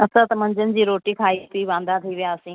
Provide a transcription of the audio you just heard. असां त मंझंदि जी रोटी खाई पी वांदा थी वियासीं